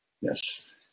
Yes